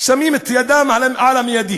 שמים את ידם על המיידים,